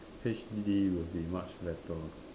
H_D will be much better